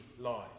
lies